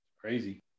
Crazy